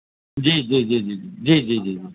جی جی جی جی جی جی جی جیی